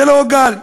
זה לא גל,